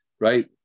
right